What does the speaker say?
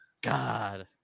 god